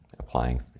applying